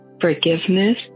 Forgiveness